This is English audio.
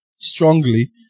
strongly